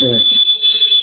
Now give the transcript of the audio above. ए